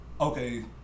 okay